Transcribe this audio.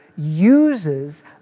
uses